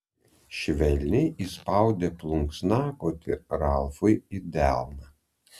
švelniai įspaudė plunksnakotį ralfui į delną